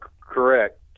correct